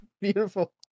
Beautiful